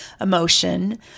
emotion